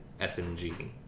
SMG